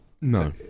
no